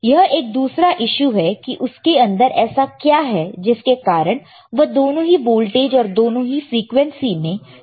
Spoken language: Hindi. यह एक दूसरा इशू है कि उसके अंदर ऐसा क्या है जिसके कारण वह दोनों ही वोल्टेज और दोनों ही फ्रीक्वेंसी में चलता है